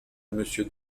monsieur